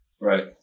right